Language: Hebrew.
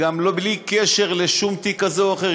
גם בלי קשר לשום תיק כזה או אחר,